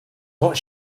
what